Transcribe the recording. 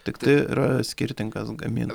tiktai yra skirtingas gamin